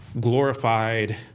glorified